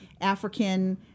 African